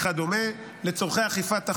וכדומה לצורכי אכיפת החוק.